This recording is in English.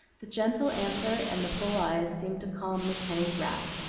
the gentle answer and the full eyes seemed to calm miss henny's wrath,